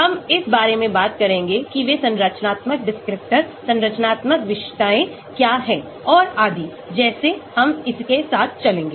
हम इस बारे में बात करेंगे कि वे संरचनात्मक descriptor संरचनात्मक विशेषताएं क्या हैं औरआदि जैसे हम इसके साथ चलेंगे